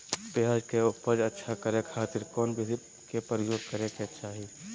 प्याज के उपज अच्छा करे खातिर कौन विधि के प्रयोग करे के चाही?